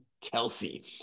Kelsey